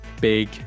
Big